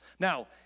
Now